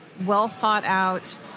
well-thought-out